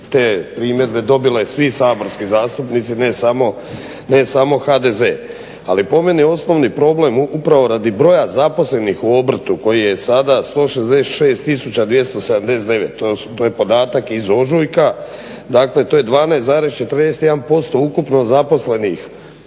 te primjedbe dobili svi saborski zastupnici ne samo HDZ. Ali po meni osnovni problem je upravo radi broja zaposlenih u obrtu koji je sada 166 tisuća 279, to je podatak iz ožujka, dakle to je 12,41% ukupno zaposlenih